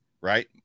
right